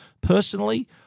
Personally